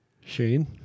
Shane